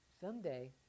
someday